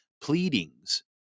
pleadings